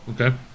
Okay